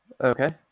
Okay